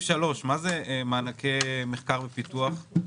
אענה בקצרה.